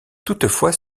toutefois